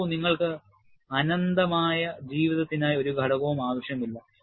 നോക്കൂ നിങ്ങൾക്ക് അനന്തമായ ജീവിതത്തിനായി ഒരു ഘടകവും ആവശ്യമില്ല